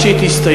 עד שהיא תסתיים,